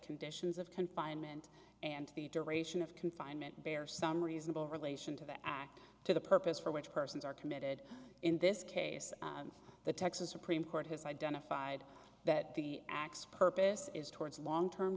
conditions of confinement and the duration of confinement bear some reasonable relation to the act to the purpose for which persons are committed in this case the texas supreme court has identified that the acts purpose is towards long term